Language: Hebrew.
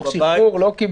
לא כיבוש.